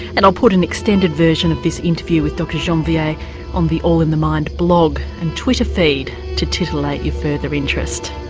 and i'll put an extended version of this interview with dr janvier on the all in the mind blog and twitter feed to titillate your further interest.